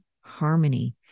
harmony